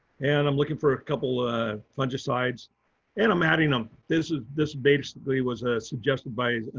and i'm looking for a couple of fungicides and i'm adding them. this is, this basically was ah suggested by